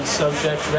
subject